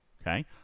Okay